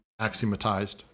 axiomatized